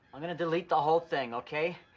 i'm gonna delete the whole thing, okay?